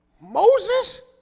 Moses